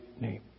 name